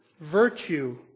virtue